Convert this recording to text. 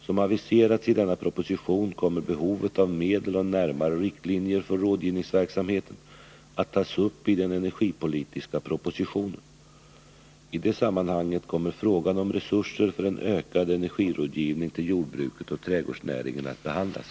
Som aviserats i denna proposition kommer behovet av medel och närmare riktlinjer för rådgivningsverksamheten att tas upp i den energipolitiska propositionen. I det sammanhanget kommer frågan om resurser för en ökad energirådgivning till jordbruket och trädgårdsnäringen att behandlas.